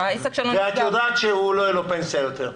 שהעסק שלו --- ואת יודעת שלא תהיה לו פנסיה יותר.